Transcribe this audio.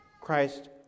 Christ